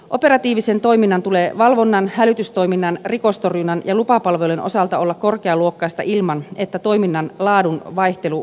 operatiivisen toiminnan tulee valvonnan hälytystoiminnan rikostorjunnan ja lupapalvelujen osalta olla korkealuokkaista ilman että toiminnan laadun vaihtelu lisääntyy